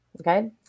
okay